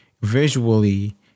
visually